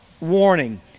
warning